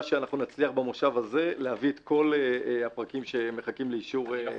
שנצליח במושב הזה להביא את כל הפרקים שמחכים לאישור.